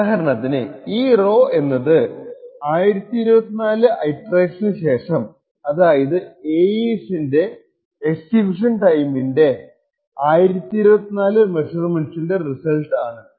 ഉദാഹരണത്തിന് ഈ റോ എന്നത് 1024 ഇറ്ററേഷന് ശേഷം അതായത് AES ൻറെ എക്സിക്യൂഷൻ ടൈമിന്റെ 1024 മെഷർമെൻറ്സിന്റെ റിസൾട്ട് ആണ്